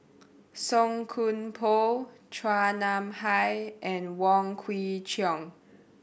Song Koon Poh Chua Nam Hai and Wong Kwei Cheong